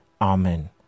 Amen